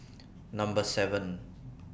Number seven